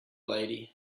lady